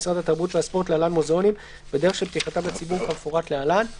ולהוראות המפורטות להלן: הגעת המבקרים תיעשה באמצעות הזמנה מראש,